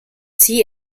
sie